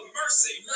mercy